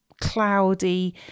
cloudy